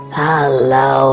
hello